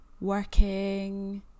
working